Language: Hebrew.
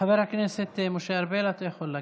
חבר הכנסת משה ארבל, אתה יכול להגיב.